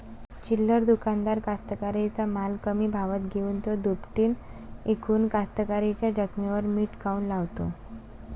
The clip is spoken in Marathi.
चिल्लर दुकानदार कास्तकाराइच्या माल कमी भावात घेऊन थो दुपटीनं इकून कास्तकाराइच्या जखमेवर मीठ काऊन लावते?